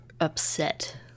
upset